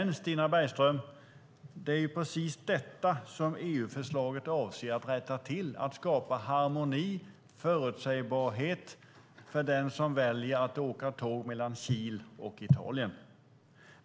Men, Stina Bergström, det är precis detta EU-förslaget avser att rätta till. Det ska skapa harmoni och förutsägbarhet för den som väljer att åka tåg mellan Kil och Italien.